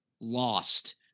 lost